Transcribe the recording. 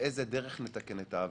באיזו דרך נתקן את העוול.